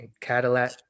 Cadillac